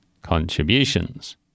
contributions